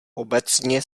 obecně